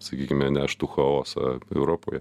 sakykime neštų chaosą europoje